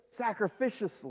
sacrificiously